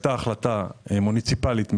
הייתה החלטה מוניציפלית מקומית,